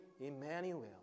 Emmanuel